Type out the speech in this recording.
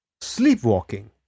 sleepwalking